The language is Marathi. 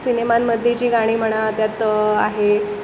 सिनेमांमधली जी गाणी म्हणा त्यात आहे